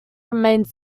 remains